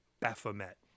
Baphomet